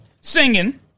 singing